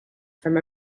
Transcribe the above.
from